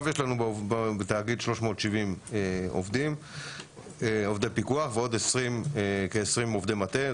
בתאגיד יש לנו עכשיו 370 עובדי פיקוח ועוד כ-20 עובדי מטה.